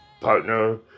partner